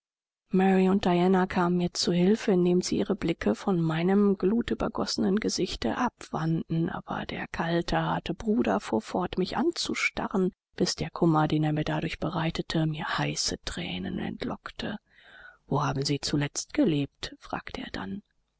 mary und diana kamen mir zu hilfe indem sie ihre blicke von meinem glutübergossenen gesichte abwandten aber der kalte harte bruder fuhr fort mich anzustarren bis der kummer den er mir dadurch bereitete mir heiße thränen entlockte wo haben sie zuletzt gelebt fragte er dann